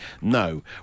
no